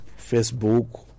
Facebook